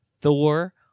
Thor